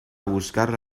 buscarla